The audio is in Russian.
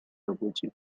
работе